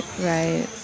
right